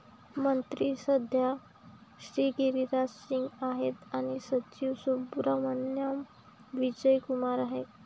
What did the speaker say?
मंत्री सध्या श्री गिरिराज सिंग आहेत आणि सचिव सुब्रहमान्याम विजय कुमार आहेत